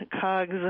cogs